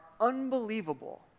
unbelievable